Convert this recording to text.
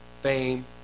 fame